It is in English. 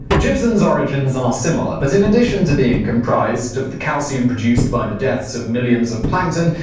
gypsum's origins are similar, but in addition to being comprised of the calcium produced by the deaths of millions of plankton,